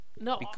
No